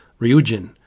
Ryujin